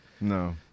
No